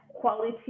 quality